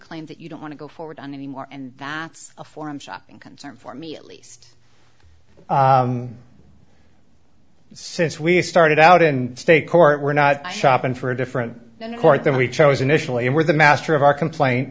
claim that you don't want to go forward on anymore and vats a forum shopping concern for me at least since we started out in state court we're not shopping for a different court than we chose initially and we're the master of our complain